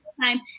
time